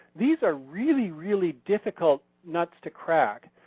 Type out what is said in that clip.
these are really, really difficult nuts to crack.